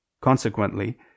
Consequently